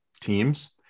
teams